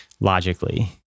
logically